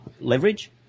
leverage